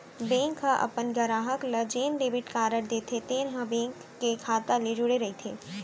bank ह अपन गराहक ल जेन डेबिट कारड देथे तेन ह बेंक के खाता ले जुड़े रइथे